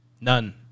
None